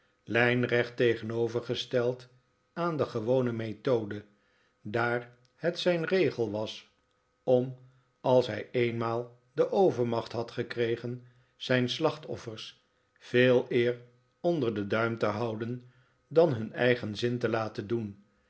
lijnrecht tegenovergesteld aan de gewone methode daar het zijn regel was om als hij eenmaal de overmacht had gekregen zijn slachtoffers veeleer onder den duim te houden dan hun eigen zin te laten doen